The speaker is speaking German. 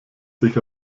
sich